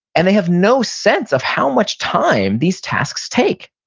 and they have no sense of how much time these tasks take,